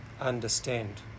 understand